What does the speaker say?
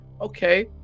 Okay